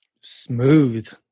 smooth